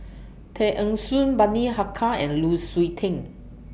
Tay Eng Soon Bani Haykal and Lu Suitin